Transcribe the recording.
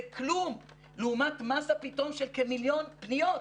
זה כלום לעומת מסה פתאום של כמיליון פניות.